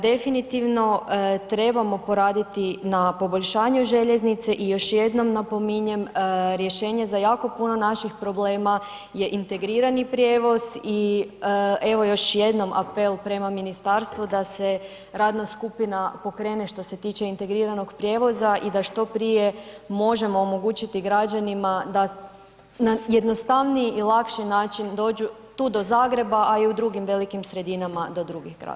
Definitivno trebamo poraditi na poboljšanju željeznice i još jednom napominjem rješenje za jako puno naših problema je integrirani prijevoz i evo još jednom apel prema ministarstvu da se radna skupina pokrene što se tiče integriranog prijevoza i da što prije možemo omogućiti građanima da na jednostavniji i lakši način dođu tu do Zagreba, a i u drugim velikim sredinama do drugih gradova.